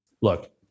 look